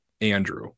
Andrew